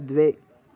द्वे